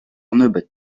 nebeut